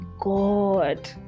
God